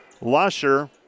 Lusher